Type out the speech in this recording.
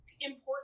important